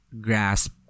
grasp